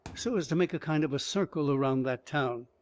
so as to make a kind of a circle around that town.